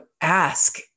ask